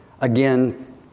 Again